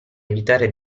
evitare